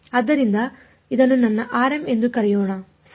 ಆದ್ದರಿಂದ ಇದನ್ನು ನನ್ನ rm ಎಂದು ಕರೆಯೋಣ ಸರಿ